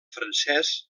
francès